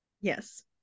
yes